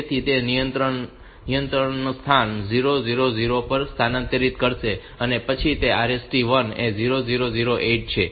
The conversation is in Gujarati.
તેથી તે નિયંત્રણ ન સ્થાન 0 0 0 0 પર સ્થાનાંતરિત કરશે અને પછી RST 1 એ 0 0 0 8 છે